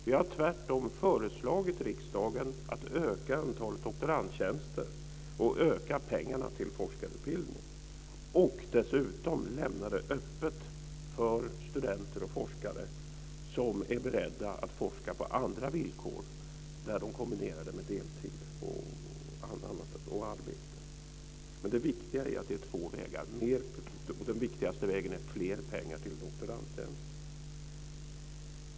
Vi har tvärtom föreslagit riksdagen att öka antalet doktorandtjänster och öka pengarna till forskarutbildning, och dessutom att lämna öppet för studenter och forskare som är beredda att forska på andra villkor när de kombinerar det med arbete. Det viktiga är att det är två vägar, och den viktigaste vägen är mer pengar till doktorandtjänster.